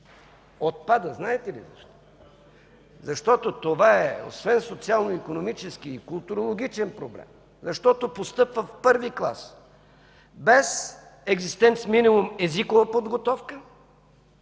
отпада. Знаете ли защо? Защото това е освен социално-икономически и културологичен проблем, защото постъпва в първи клас без екзистенц-минимум езикова подготовка,